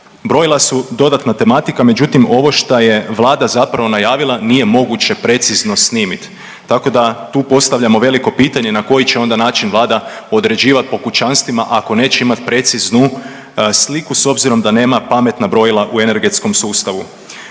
Brojila su dodatna tematika, međutim ovo šta je Vlada zapravo najavila nije moguće precizno snimiti tako da tu postavljamo veliko pitanje na koji će onda način Vlada određivati po kućanstvima ako neće imati preciznu sliku s obzirom da nema pametna brojila u energetskom sustavu.